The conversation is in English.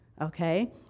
okay